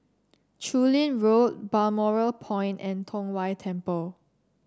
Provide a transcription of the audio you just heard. Chu Lin Road Balmoral Point and Tong Whye Temple